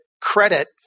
credit